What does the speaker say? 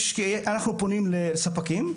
אנחנו פונים לספקים.